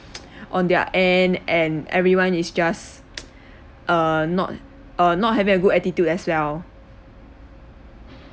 on their end and everyone is just err not uh not having a good attitude as well